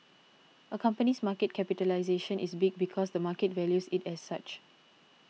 a company's market capitalisation is big because the market values it as such